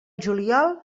juliol